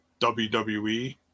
WWE